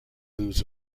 lose